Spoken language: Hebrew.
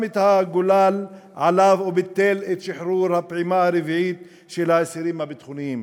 את הגולל עליו כשביטל את שחרור הפעימה הרביעית של האסירים הביטחוניים.